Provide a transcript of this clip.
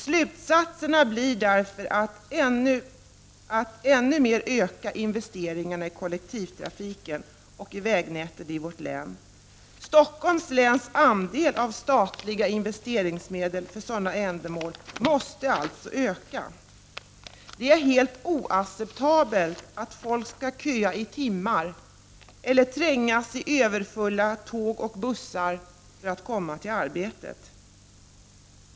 Slutsatserna blir därför att man skall öka investeringarna i kollektivtrafiken och i vägnätet i vårt län ännu mer. Stockholms läns andel av statliga investeringsmedel för sådana ändamål måste alltså öka. Det är oacceptabelt att folk skall behöva köa i timmar eller trängas på överfulla tåg och bussar för att komma till arbetet.